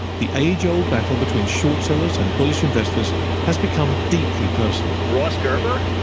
the age-old battle between short sellers and bullish investors has become deeply personal. ross gerber?